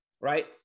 right